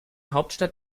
hauptstadt